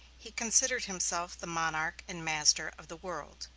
he considered himself the monarch and master of the world.